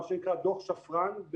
מה שנקרא דוח שפרן,